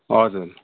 हजुर